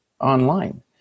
online